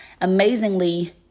amazingly